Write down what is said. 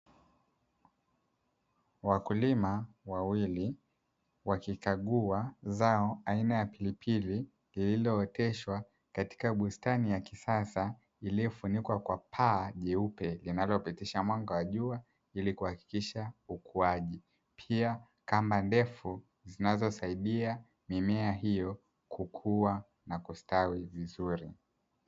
Wakulima wawili wakikagua zao aina ya pilipili iliyooteshwa katika bustani ya kisasa iliyofunikwa kwa paa jeupe linalopitisha mwanga wa jua, ilikuhakikisha ukuaji pia kamba ndefu zinazosaidia mimea hiyo kukua na kustawi vizuri.